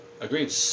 Agreed